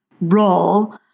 role